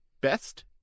Best